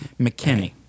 McKinney